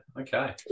Okay